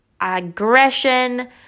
aggression